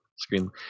Screen